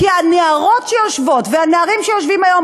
כי הנערות שיושבות והנערים שיושבים היום